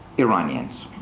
iranians.